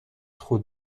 خود